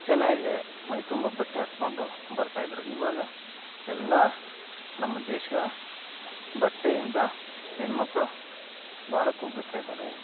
ಚೆನ್ನಾಗೆ ಮೈ ತುಂಬ ಬಟ್ಟೆ ಹಾಕೊಂಡು ಬರ್ತಾ ಇದ್ರು ಇವಾಗ ಎಲ್ಲ ನಮ್ಮ ದೇಶ ಬಟ್ಟೆಯಿಂದ ಹೆಣ್ಣು ಮಕ್ಕಳು ಭಾಳ ಕುಗ್ಗುತ ಇದ್ದಾರೆ